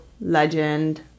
legend